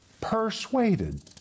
Persuaded